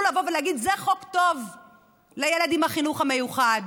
לבוא ולהגיד: זה חוק טוב לילד עם החינוך המיוחד,